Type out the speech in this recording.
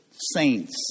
saints